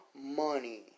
money